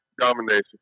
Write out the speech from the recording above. domination